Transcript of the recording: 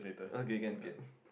okay can can